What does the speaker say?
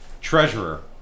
Treasurer